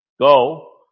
go